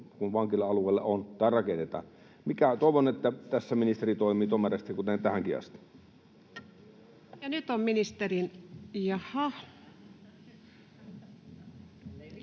kun vankila alueelle rakennetaan. Toivon, että tässä ministeri toimii tomerasti, kuten tähänkin asti.